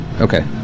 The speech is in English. Okay